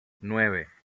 nueve